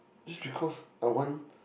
just because I want